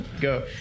Go